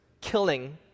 killing